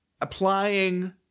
applying